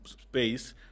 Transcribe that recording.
space